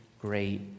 great